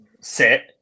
sit